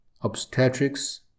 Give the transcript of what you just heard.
obstetrics